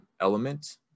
element